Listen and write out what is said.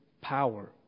power